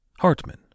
Hartman